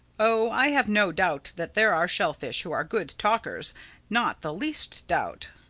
oh i have no doubt that there are shellfish who are good talkers not the least doubt.